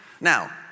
Now